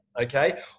okay